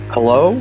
Hello